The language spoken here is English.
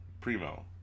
Primo